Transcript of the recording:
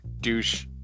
douche